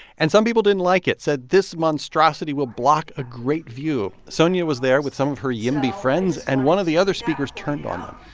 and some people didn't like it, said this monstrosity will block a great view. sonja was there with some of her yimby friends, and one of the other speakers turned on on